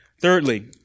Thirdly